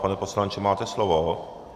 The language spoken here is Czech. Pane poslanče, máte slovo.